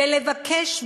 ולבקש,